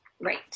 Right